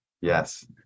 yes